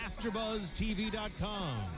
AfterBuzzTV.com